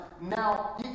now